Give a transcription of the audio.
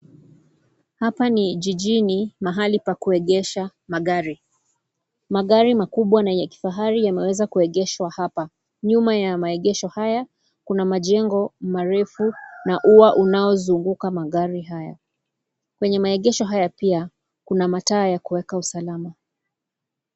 Hapa ni jinini mahali pa kuegesha magari. Magari makubwa na ya kifahari yameweza kuegeshwa hapa, nyuma ya maegesho haya kuna majengo marefu na ua unaozunguka magari haya, kwenye maegesho haya pia kuna mataa ya kuweka usalama.